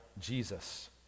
Jesus